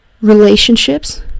relationships